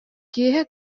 киэһэ